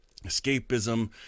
escapism